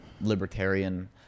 libertarian